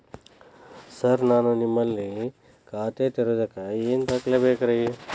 Sir ನಾನು ನಿಮ್ಮಲ್ಲಿ ಖಾತೆ ತೆರೆಯುವುದಕ್ಕೆ ಏನ್ ದಾಖಲೆ ಬೇಕ್ರಿ?